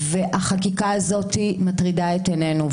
והחקיקה הזאת מטרידה אותנו.